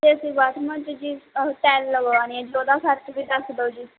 ਅਤੇ ਅਸੀਂ ਬਾਥਰੂਮਾਂ 'ਚ ਜੀ ਟੈਲ ਲਗਵਾਉਣੀ ਆ ਵੀ ਦੱਸ ਦਿਓ ਜੀ